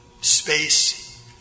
space